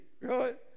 Right